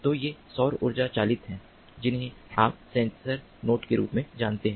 तो ये सौर ऊर्जा चालित हैं जिन्हें आप सेंसर नोड्स के रूप में जानते हैं